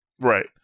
Right